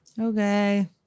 Okay